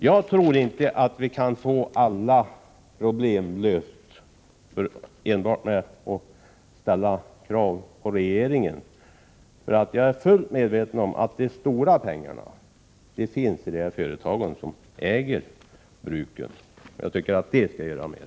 Jag tror inte att vi kan få alla problem lösta enbart genom att ställa krav på regeringen. Jag är fullt medveten om att de stora pengarna finns i de företag som äger bruken. Jag tycker att de skall göra mer.